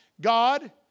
God